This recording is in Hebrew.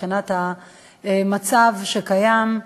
המצב הקיים.